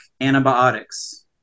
antibiotics